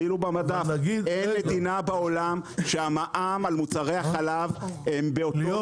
אין מדינה בעולם שהמע"מ על מוצרי החלב הם באותו מחיר